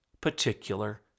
particular